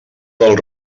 del